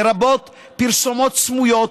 לרבות פרסומות סמויות,